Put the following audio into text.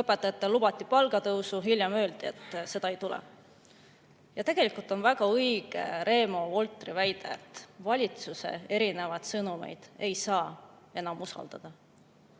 Õpetajatele lubati palgatõusu, hiljem öeldi, et seda ei tule. Tegelikult on väga õige Reemo Voltri väide, et valitsuse erinevaid sõnumeid ei saa enam usaldada. Mida